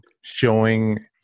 showing